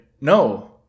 No